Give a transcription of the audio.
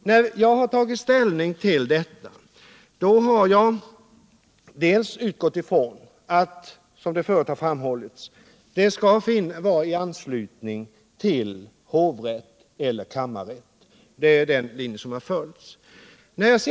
När jag tog ställning till den här frågan utgick jag ifrån att, som tidigare framhållits, lokaliseringen skall ske i anslutning till hovrätt eller kammarrätt. Det är den linje som har följts.